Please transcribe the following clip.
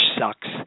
sucks